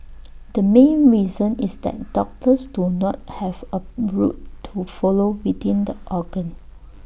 the main reason is that doctors do not have A route to follow within the organ